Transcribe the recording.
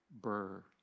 Burr